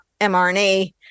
mRNA